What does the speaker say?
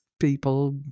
people